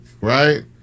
right